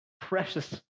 precious